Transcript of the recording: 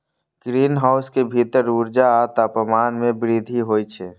greenhouse के भीतर ऊर्जा आ तापमान मे वृद्धि होइ छै